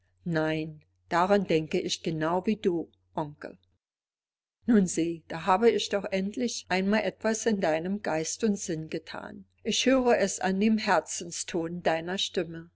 nein darin denke ich genau wie du onkel nun sieh da habe ich doch endlich einmal etwas in deinem geist und sinn gethan ich höre es an dem herzenston deiner stimme